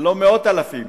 זה לא מאות אלפים,